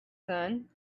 son